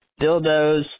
dildos